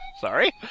Sorry